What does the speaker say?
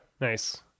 Nice